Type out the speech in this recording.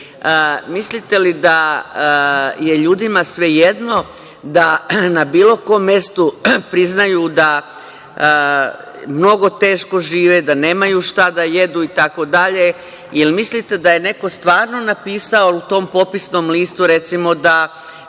mislite li da je ljudima svejedno da na bilo kom mestu priznaju da mnogo teško žive, da nemaju šta da jedu itd? Mislite da je neko stvarno napisao u tom popisnom listu, recimo da